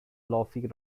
lofty